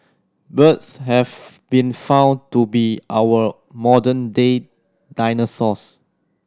birds have been found to be our modern day dinosaurs